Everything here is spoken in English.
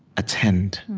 attend,